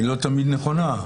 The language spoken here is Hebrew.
היא לא תמיד נכונה,